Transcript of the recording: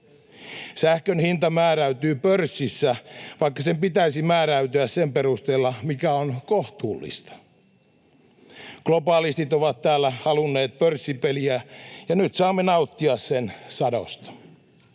Sähkön hinta määräytyy pörssissä, vaikka sen pitäisi määräytyä sen perusteella, mikä on kohtuullista. Globalistit ovat täällä halunneet pörssipeliä, ja nyt saamme nauttia sen sadosta.